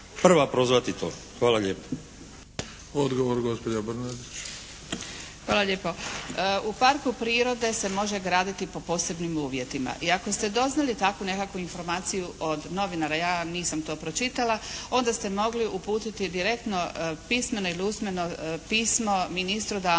Brnadić. **Brnadić, Mirjana (HDZ)** Hvala lijepo. U parku prirode se može graditi po posebnim uvjetima. I ako ste doznali takvu nekakvu informaciju od novinara, ja nisam to pročitala onda ste mogli uputiti direktno pismeno ili usmeno pismo ministru da vam